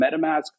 MetaMask